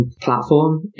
platform